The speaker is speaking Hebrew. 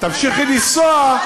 תמשיכי לנסוע,